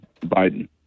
biden